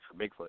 Bigfoot